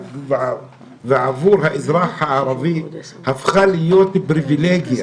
עבור האזרח הערבי הפכו להיות פריבילגיה.